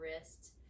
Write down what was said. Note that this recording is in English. wrist